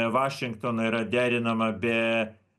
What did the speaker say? vašingtono yra derinama be